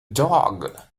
dog